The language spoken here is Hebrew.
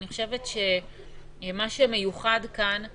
מה שמיוחד כאן הוא